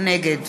נגד